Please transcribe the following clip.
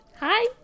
hi